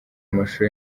amashusho